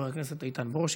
חבר הכנסת איתן ברושי,